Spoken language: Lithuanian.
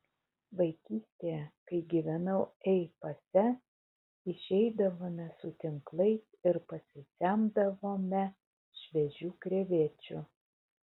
vaikystėje kai gyvenau ei pase išeidavome su tinklais ir pasisemdavome šviežių krevečių